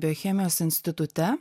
biochemijos institute